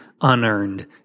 unearned